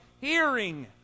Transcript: hearing